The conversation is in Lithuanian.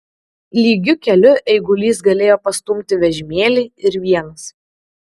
lygiu keliu eigulys galėjo pastumti vežimėlį ir vienas